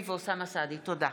תודה.